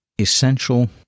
essential